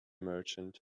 merchant